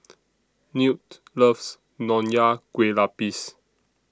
Newt loves Nonya Kueh Lapis